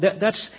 thats